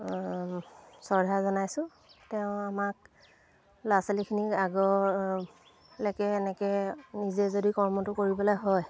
শ্ৰদ্ধা জনাইছোঁ তেওঁ আমাক ল'ৰা ছোৱালীখিনিক আগৰলৈকে এনেকৈ নিজে যদি কৰ্মটো কৰিবলৈ হয়